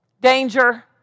Danger